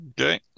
Okay